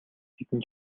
хэдэн